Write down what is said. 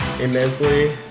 immensely